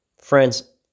Friends